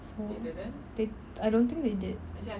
I don't think they did